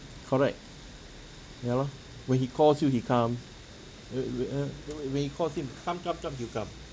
correct ya lor when he calls you he come uh w~ uh when when you calls him come come come he'll come